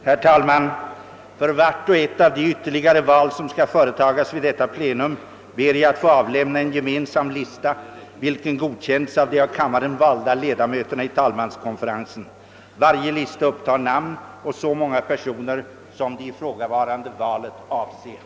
Herr talman! För vart och ett av de val som skall företagas vid detta plenum ber jag att få avlämna en gemensam lista, vilken godkänts av de av kammaren valda ledamöterna i talmanskonferensen. Varje lista upptar namn å så många personer, som det ifrågavarande valet avser.